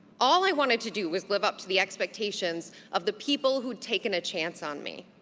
all i wanted to do was live up to the expectations of the people who'd taken a chance on me.